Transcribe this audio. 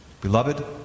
beloved